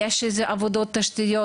אם יש איזה עבודות תשתיות,